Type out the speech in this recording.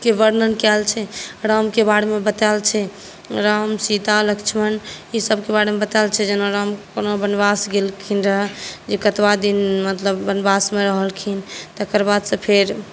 केँ वर्णन कयल छै राम सीता लक्ष्मण ई सभकेँ बारेमे बतायल छै जेना राम कोना वनवास गेलखिन रहय जे कतबा दिन मतलब वनवासमे रहलखिन तकर बादसँ फेर